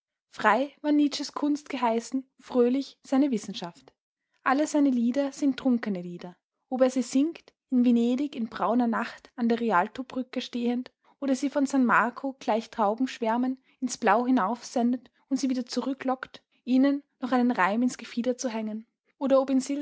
frei war nietzsches kunst geheißen fröhlich seine wissenschaft alle seine lieder sind trunkene lieder ob er sie singt in venedigs brauner nacht an der rialtobrücke oder sie von san marco gleich taubenschwärmen ins blau hinaufsendet und wieder zurücklockt ihnen noch einen reim ins gefieder zu hängen oder ob